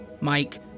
Mike